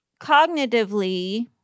cognitively